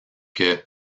que